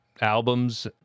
albums